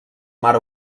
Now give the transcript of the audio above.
mar